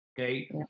okay